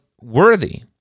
worthy